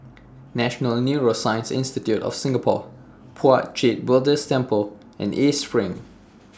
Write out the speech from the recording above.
National Neuroscience Institute of Singapore Puat Jit Buddhist Temple and East SPRING